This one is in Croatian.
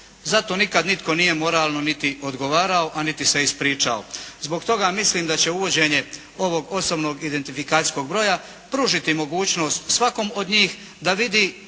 zato nitko nikada nije moralno niti odgovarao a niti se ispričao. Zbog toga mislim da će uvođenje ovog osobnog identifikacijskog broja pružiti mogućnost svakom od njih da vidi